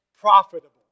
profitable